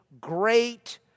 great